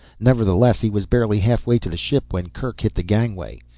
nevertheless, he was barely halfway to the ship when kerk hit the gangway.